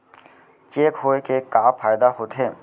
Cheque होए के का फाइदा होथे?